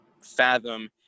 fathom